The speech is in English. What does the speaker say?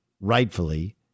rightfully